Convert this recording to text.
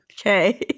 Okay